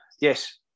yes